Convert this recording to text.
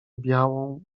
białą